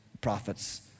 prophets